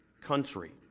country